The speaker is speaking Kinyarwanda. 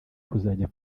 kuzajya